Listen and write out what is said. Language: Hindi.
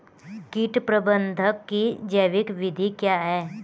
कीट प्रबंधक की जैविक विधि क्या है?